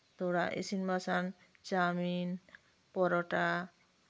ᱛᱷᱚᱲᱟ ᱤ ᱥᱤᱱ ᱵᱟᱥᱟᱝ ᱪᱟᱣᱢᱤᱱ ᱯᱚᱨᱳᱴᱟ